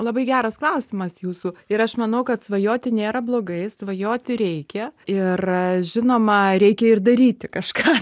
labai geras klausimas jūsų ir aš manau kad svajoti nėra blogai svajoti reikia ir žinoma reikia ir daryti kažką